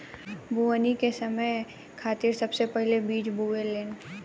बोवनी के समय खेतिहर सबसे पहिले बिज बोवेलेन